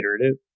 iterative